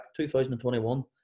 2021